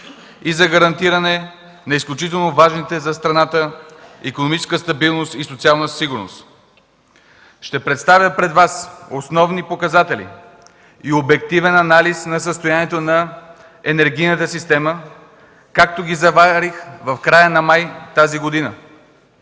и за гарантиране на изключително важните за страната икономическа стабилност и социална сигурност. Ще представя пред Вас основни показатели и обективен анализ на състоянието на енергийната система, както ги заварих в края на месец май тази година.